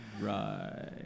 Right